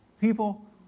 people